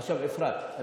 עכשיו, אפרת,